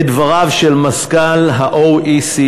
את דבריו של מזכ"ל ה-OECD,